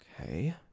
Okay